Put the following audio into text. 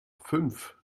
fünf